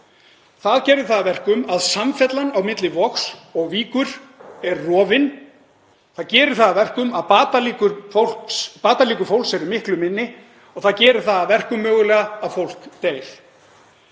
Það gerði það að verkum að samfellan á milli Vogs og Víkur er rofin. Það gerir það að verkum að batalíkur fólks eru miklu minni og það gerir það mögulega að verkum